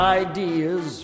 ideas